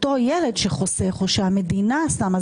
אותו ילד שחוסך או שהמדינה שמה,